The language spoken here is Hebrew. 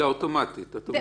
אלא אוטומטית, את אומרת.